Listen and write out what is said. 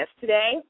today